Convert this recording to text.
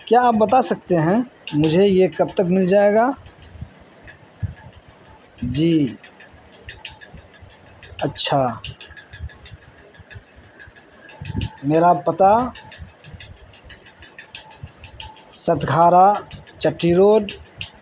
کیا آپ بتا سکتے ہیں مجھے یہ کب تک مل جائے گا جی اچھا میرا پتہ ستکھارہ چٹی روڈ